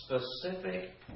specific